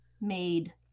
made